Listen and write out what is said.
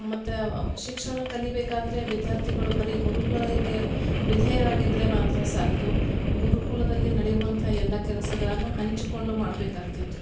ಮತ್ತು ಶಿಕ್ಷಣ ಕಲಿಬೇಕಾದರೆ ವಿದ್ಯಾರ್ಥಿಗಳು ಬರಿ ಗುರುಗಳಿಗೆ ವಿದೇಯರಾಗಿದ್ದರೆ ಮಾತ್ರ ಸಾಲ್ದು ಗುರುಕುಲದಲ್ಲಿ ನಡೆಯುವಂಥ ಎಲ್ಲ ಕೆಲಸಗಳನ್ನ ಹಂಚಿಕೊಂಡು ಮಾಡಬೇಕಾಗ್ತಿತ್ತು